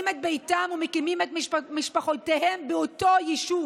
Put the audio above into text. את ביתם ומקימים את משפחותיהם באותו יישוב.